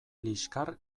liskar